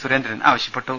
സുരേന്ദ്രൻ ആവശ്യപ്പെട്ടു